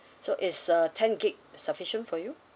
so is uh ten gigabytes sufficient for you